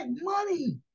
money